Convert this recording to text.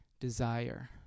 desire